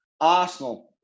Arsenal